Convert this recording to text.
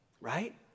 Right